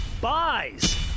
buys